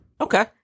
Okay